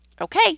Okay